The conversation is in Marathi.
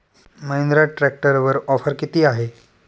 महिंद्रा ट्रॅक्टरवर ऑफर किती आहे?